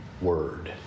word